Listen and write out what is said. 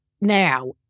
now